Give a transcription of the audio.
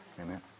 Amen